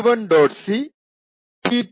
c T2